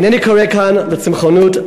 אינני קורא כאן לצמחונות.